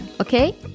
Okay